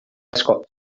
asko